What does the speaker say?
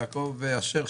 יעקב אשר,